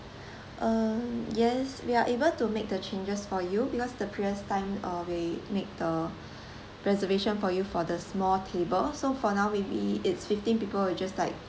uh yes we are able to make the changes for you because the previous time uh we made the reservation for you for the small table so for now maybe it's fifteen people will just like